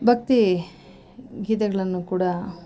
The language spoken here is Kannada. ಭಕ್ತಿ ಗೀತೆಗಳನ್ನು ಕೂಡ